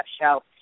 show